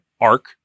arc